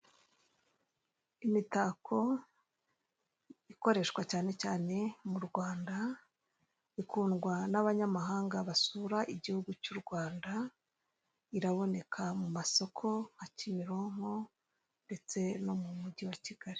Imitako ikoreshwa cyane cyane mu Rwanda, ikundwa n'abanyamahanga basura igihugu cy'u Rwanda; iraboneka mu masoko nka Kimironko ndetse no mu mujyi wa Kigali.